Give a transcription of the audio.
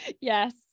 Yes